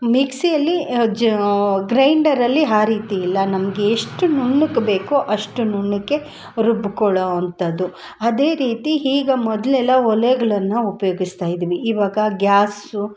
ಮಿಕ್ಸಿಯಲ್ಲಿ ಜ ಗ್ರೈಂಡರಲ್ಲಿ ಆ ರೀತಿ ಇಲ್ಲ ನಮಗೆ ಎಷ್ಟು ನುಣ್ಣುಗೆ ಬೇಕೋ ಅಷ್ಟು ನುಣ್ಣುಗೆ ರುಬ್ಕೊಳೋ ಅಂಥದು ಅದೇ ರೀತಿ ಈಗ ಮೊದಲೆಲ್ಲ ಒಲೆಗಳನ್ನ ಉಪಯೋಗಿಸ್ತ ಇದ್ವಿ ಇವಾಗ ಗ್ಯಾಸು